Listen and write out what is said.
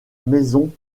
maison